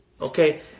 okay